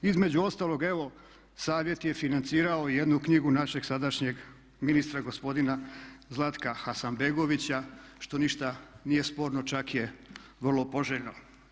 Između ostalog evo Savjet je financirao i jednu knjigu našeg sadašnjeg ministra gospodina Zlatka Hasanbegovića što ništa nije sporno, čak je vrlo poželjno.